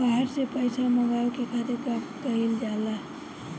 बाहर से पइसा मंगावे के खातिर का कइल जाइ?